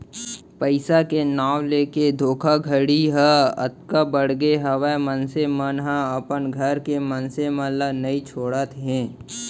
पइसा के नांव लेके धोखाघड़ी ह अतका बड़गे हावय मनसे मन ह अपन घर के मनसे मन ल नइ छोड़त हे